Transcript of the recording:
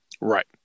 Right